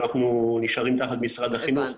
ואנחנו נשארים תחת משרד החינוך.